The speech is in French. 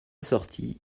sortie